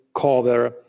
cover